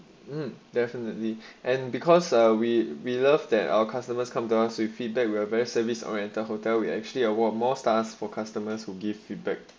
mm definitely and because ah we we love that our customers come to us with feedback we are very service oriented hotel we actually award more stars for customers who give feedback